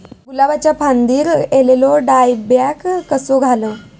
गुलाबाच्या फांदिर एलेलो डायबॅक कसो घालवं?